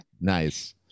Nice